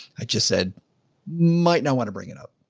i just said might not want to bring it up,